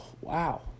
Wow